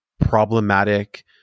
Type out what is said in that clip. problematic